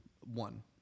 One